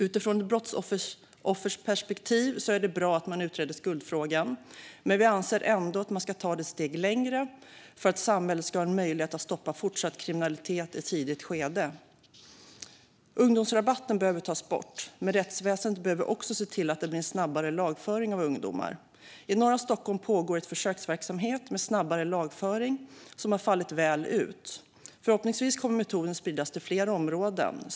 Utifrån ett brottsofferperspektiv är det bra att man utreder skuldfrågan. Men vi anser ändå att man ska ta det ett steg längre för att samhället ska ha en möjlighet att i tidigt skede stoppa fortsatt kriminalitet. Ungdomsrabatten behöver tas bort, men rättsväsendet behöver också se till att det blir en snabbare lagföring av ungdomar. I norra Stockholm pågår en försöksverksamhet med snabbare lagföring som har fallit väl ut. Förhoppningsvis kommer metoden att spridas till fler områden.